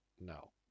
No